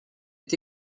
est